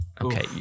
okay